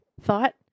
thought